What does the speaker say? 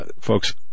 folks